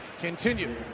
continue